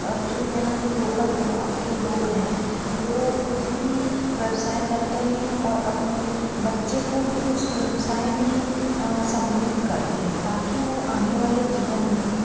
और जो यहाँ के लोकल भोपाल के लोग हैं वो ख़ुद भी व्यवसाय करते हैं और अपने बच्चे को भी उसे व्यवसाय में सम्मिलित करते हैं ताकि वह आने वाले जीवन में